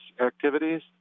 activities